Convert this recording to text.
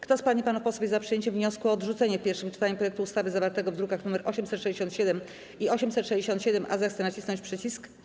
Kto z pań i panów posłów jest za przyjęciem wniosku o odrzucenie w pierwszym czytaniu projektu ustawy zawartego w drukach nr 867 i 867-A, zechce nacisnąć przycisk.